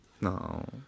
No